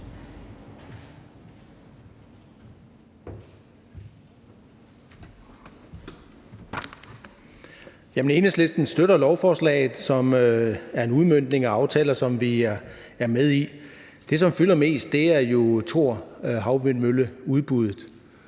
Enhedslisten støtter lovforslaget, som er en udmøntning af aftaler, som vi er med i. Det, som fylder mest, er jo Thorhavvindmølleudbuddet.